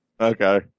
Okay